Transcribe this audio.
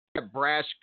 brash